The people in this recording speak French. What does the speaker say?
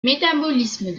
métabolisme